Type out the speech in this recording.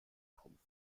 trumpf